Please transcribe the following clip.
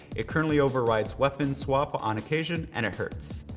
it currently overrides weapon swap on occasion and it hurts.